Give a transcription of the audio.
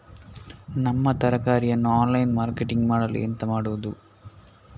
ನಮ್ಮ ತರಕಾರಿಯನ್ನು online marketing ಮಾಡಲು ಎಂತ ಮಾಡುದು?